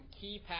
key